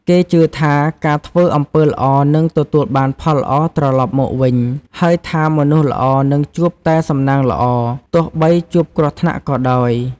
គេជឿថា ការធ្វើអំពើល្អនឹងទទួលបានផលល្អត្រឡប់មកវិញ ហើយថាមនុស្សល្អនឹងជួបតែសំណាងល្អ ទោះបីជួបគ្រោះថ្នាក់ក៏ដោយ។